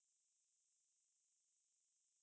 !aiya! 这是我们